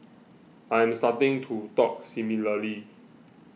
I am starting to talk similarly